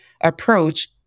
approach